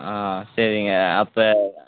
ஆ சரிங்க அப்போ